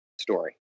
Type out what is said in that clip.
story